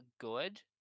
good